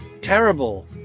Terrible